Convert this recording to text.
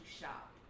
shop